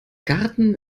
garten